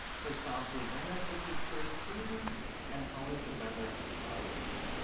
for example, when is the peak tourist season and how is the weather throughout the year.